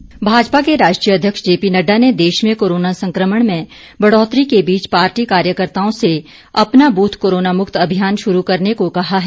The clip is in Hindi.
नड्डा भाजपा के राष्ट्रीय अध्यक्ष जेपी नड़डा ने देश में कोरोना संकमण में बढ़ौतरी के बीच पार्टी कार्यकर्ताओं से अपना बूथ कोरोना मुक्त अभियान शुरू करने को कहा है